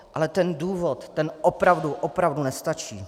Ale ten důvod, ten opravdu, opravdu nestačí.